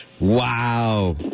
Wow